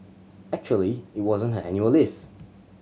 actually it wasn't her annual leave